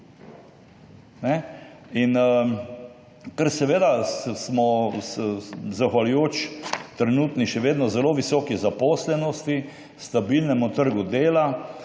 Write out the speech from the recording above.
pa višji, zahvaljujoč trenutni še vedno zelo visoki zaposlenosti, stabilnemu trgu dela